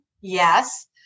yes